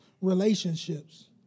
relationships